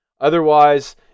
Otherwise